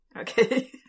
Okay